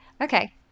Okay